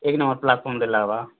ଏକ୍ ନମ୍ୱର୍ ପ୍ଲାଟ୍ଫର୍ମରେ ଲାଗ୍ବା